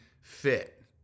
fit